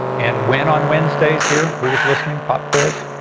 and when on wednesdays here, who was listening? pop quiz.